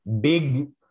big